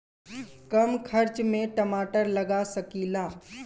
कम खर्च में टमाटर लगा सकीला?